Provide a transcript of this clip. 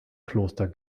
kloster